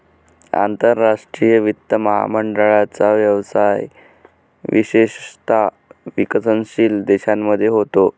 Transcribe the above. आंतरराष्ट्रीय वित्त महामंडळाचा व्यवसाय विशेषतः विकसनशील देशांमध्ये होतो